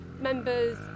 members